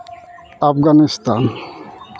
Afghanistan